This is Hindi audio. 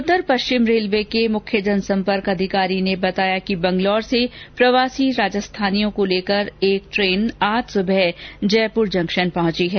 उत्तर पश्चिम रेलवे के मुख्य जनसंपर्क अधिकारी ने बताया कि बंगलौर से प्रवासी राजस्थानियों को लेकर एक ट्रेन आज सुबह जयपुर जंक्शन पहुंची है